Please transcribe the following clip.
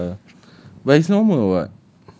ya lah but it's normal [what]